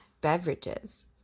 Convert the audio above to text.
Beverages